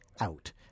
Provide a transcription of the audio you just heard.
out